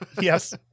Yes